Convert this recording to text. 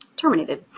terminated.